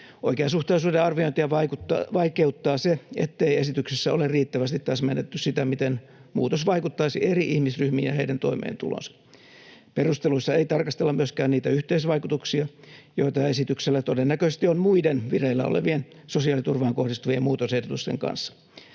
”Oikeasuhtaisuuden arviointia vaikeuttaa se, ettei esityksessä ole riittävästi täsmennetty sitä, miten muutos vaikuttaisi eri ihmisryhmiin ja heidän toimeentuloonsa. Perusteluissa ei tarkastella myöskään niitä yhteisvaikutuksia, joita esityksellä todennäköisesti on muiden vireillä olevien sosiaaliturvaan kohdistuvien muutosehdotusten kanssa.